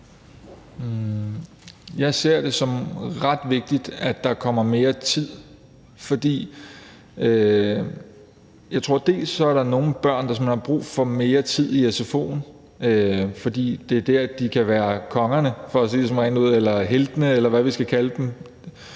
Jeg ser det som ret vigtigt, at der kommer mere tid, for jeg tror bl.a., at der er nogle børn, der simpelt hen har brug for mere tid i sfo'en, fordi det er der, de kan være kongerne – for at sige det rent ud – eller heltene, eller hvad vi skal kalde dem.